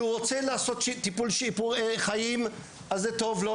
כשהוא רוצה לעשות טיפול משפר חיים אז זה טוב לו,